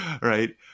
right